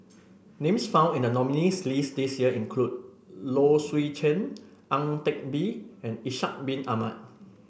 names found in the nominees' list this year include Low Swee Chen Ang Teck Bee and Ishak Bin Ahmad